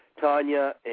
Tanya